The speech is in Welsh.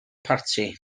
parti